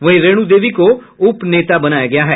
वहीं रेणु देवी को उपनेता बनाया गया है